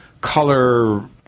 color